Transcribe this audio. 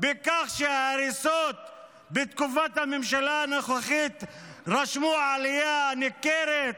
בכך שההריסות בתקופת הממשלה הנוכחית רשמו עלייה ניכרת?